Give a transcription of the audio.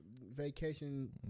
Vacation